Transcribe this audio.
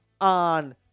on